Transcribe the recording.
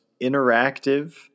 Interactive